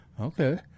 Okay